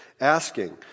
asking